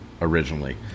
originally